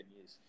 years